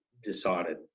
decided